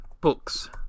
books